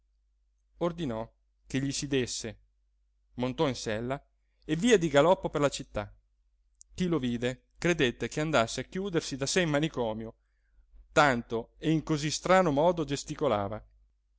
ordinò che gli si désse montò in sella e via di galoppo per la città chi lo vide credette che andasse a chiudersi da sé in manicomio tanto e in così strano modo gesticolava